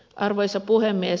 arvoisa puhemies